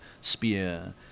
spear